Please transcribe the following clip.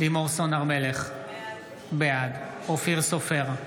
לימור סון הר מלך, בעד אופיר סופר,